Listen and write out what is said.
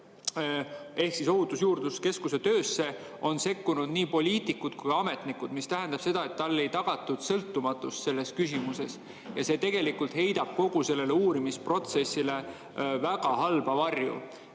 ehk Ohutusjuurdluse Keskuse töösse on sekkunud nii poliitikud kui ka ametnikud, mis tähendab seda, et talle ei tagatud sõltumatust selles küsimuses. Ja see tegelikult heidab kogu sellele uurimisprotsessile väga halba varju.